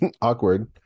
Awkward